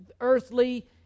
earthly